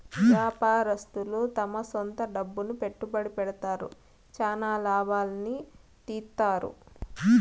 వ్యాపారస్తులు తమ సొంత డబ్బులు పెట్టుబడి పెడతారు, చానా లాభాల్ని తీత్తారు